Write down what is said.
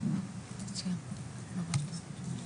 את זכות הטיעון.